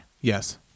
Yes